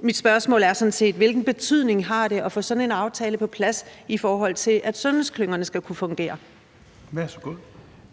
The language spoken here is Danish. mit spørgsmål er sådan set: Hvilken betydning har det at få sådan en aftale på plads, i forhold til at sundhedsklyngerne skal kunne fungere? Kl.